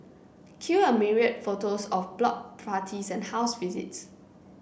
cue a myriad photos of block parties and house visits